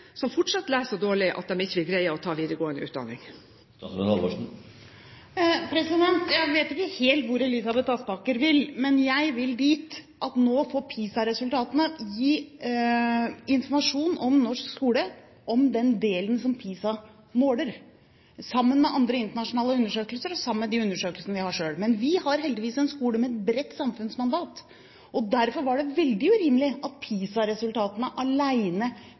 leser fortsatt så dårlig at de ikke vil greie å ta videregående utdanning. Jeg vet ikke helt hvor Elisabeth Aspaker vil, men jeg vil dit at nå får PISA-resultatene gi informasjon om norsk skole, om den delen som PISA måler, sammen med andre internasjonale undersøkelser og sammen med de undersøkelsene vi gjør selv. Men vi har heldigvis en skole med et bredt samfunnsmandat, og derfor var det veldig urimelig at